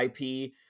ip